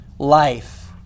life